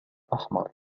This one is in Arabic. أحمر